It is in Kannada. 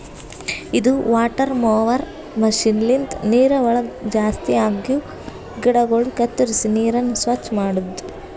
ಇದು ವಾಟರ್ ಮೊವರ್ ಮಷೀನ್ ಲಿಂತ ನೀರವಳಗ್ ಜಾಸ್ತಿ ಆಗಿವ ಗಿಡಗೊಳ ಕತ್ತುರಿಸಿ ನೀರನ್ನ ಸ್ವಚ್ಚ ಮಾಡ್ತುದ